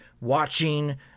watching